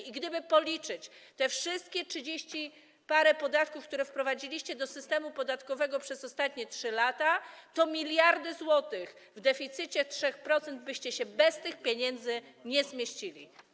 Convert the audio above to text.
I gdyby policzyć te wszystkie trzydzieści parę podatków, które wprowadziliście do systemu podatkowego przez ostatnie 3 lata, to są miliardy złotych i w deficycie 3% byście się bez tych pieniędzy nie zmieścili.